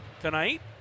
tonight